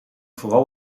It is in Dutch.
vooral